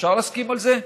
אפשר להסכים על זה?